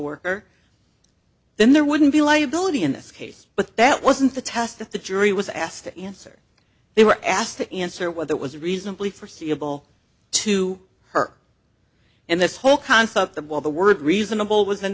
worker then there wouldn't be liability in this case but that wasn't the test that the jury was asked to answer they were asked to answer whether it was reasonably forseeable to her and this whole concept that while the word reasonable was in